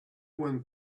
one